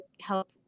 help